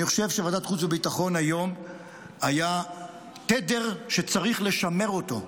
אני חושב שבוועדת החוץ והביטחון היום היה תדר שצריך לשמר אותו,